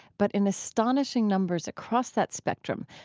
but in astonishing numbers across that spectrum,